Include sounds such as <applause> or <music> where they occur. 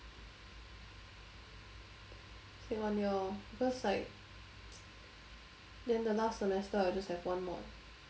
take one year lor because like <noise> then the last semester I'll just have one mod